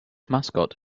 mascot